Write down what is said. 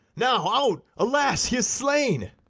now, out, alas, he is slain!